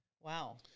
Wow